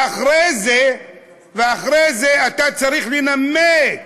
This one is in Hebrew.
ואחרי זה אתה צריך לנמק,